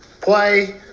play